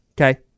okay